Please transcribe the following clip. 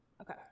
Okay